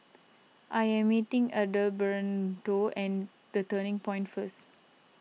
I am meeting Adalberto and the Turning Point first